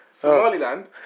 Somaliland